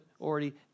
already